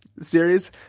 series –